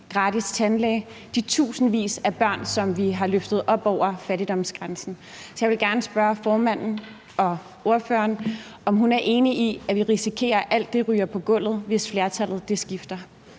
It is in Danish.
gratis tandlæge og de tusindvis af børn, som vi har løftet op over fattigdomsgrænsen. Så jeg vil gerne spørge ordføreren, om hun er enig i, at vi risikerer, at alt det ryger på gulvet, hvis flertallet skifter.